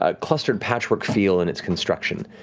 ah clustered patchwork feel in its construction.